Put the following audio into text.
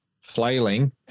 flailing